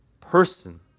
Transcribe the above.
person